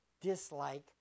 dislike